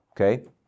okay